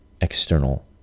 external